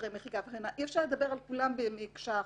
אחרי מחיקה וכן הלאה אי-אפשר לדבר על כולם כמקשה אחת,